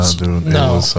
no